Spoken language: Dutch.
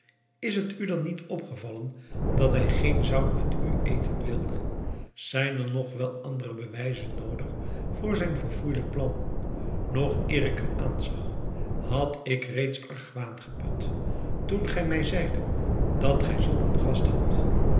is t u dan niet opgevallen dat hij geen zout met u eten wilde zijn er nog wel andere bewijzen noodig voor zijn verfoeilijk plan nog eer ik hem zag had ik reeds argwaan geput toen gij mij zeidet dat gij zulk een gast hadt